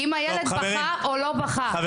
אם הילד בכה או לא בכה,